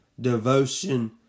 devotion